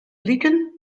bliken